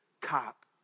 cop